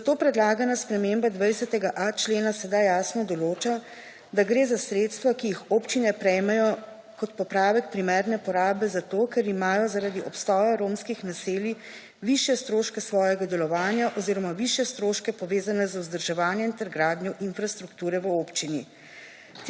Zato predlagana sprememba 20.a člena sedaj jasno določa, da gre za sredstva, ki jih občine prejmejo kot popravek primerne porabe zato, ker imajo zaradi obstoja romskih naselij, višje stroške svojega delovanja oziroma višje stroške, povezane z vzdrževanjem ter gradnjo infrastrukture v občini.